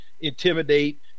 intimidate